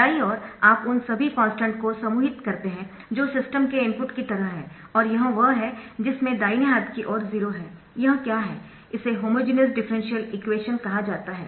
दाईं ओर आप उन सभी कॉन्स्टन्ट को समूहित करते है जो सिस्टम के इनपुट की तरह है और यह वह है जिसमें दाहिने हाथ की ओर 0 है यह क्या है इसे होमोजेनियस डिफरेंशियल इक्वेशन कहा जाता है